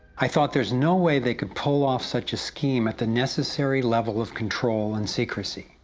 i thought, there's no way they could pull off such a scheme at the necessary level of control and secrecy.